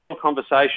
conversation